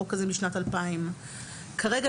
שהייתה קיימת בחוק הזה משנת 2000. כרגע,